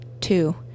two